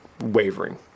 wavering